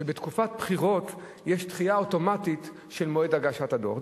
שבתקופת בחירות יש דחייה אוטומטית של מועד הגשת הדוח.